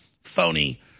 phony